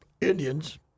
Indians